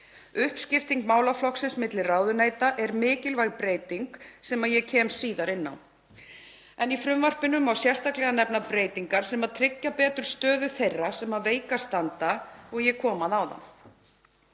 Uppskipting málaflokksins milli ráðuneyta er mikilvæg breyting sem ég kem síðar inn á. Í frumvarpinu má sérstaklega nefna breytingar sem tryggja betur stöðu þeirra sem veikast standa og ég kom að